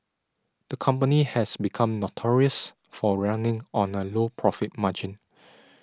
the company has become notorious for running on a low profit margin